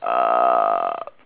uh